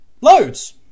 Loads